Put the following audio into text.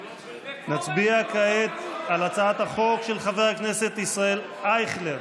נצביע כעת על הצעת החוק של חבר הכנסת ישראל אייכלר.